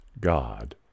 God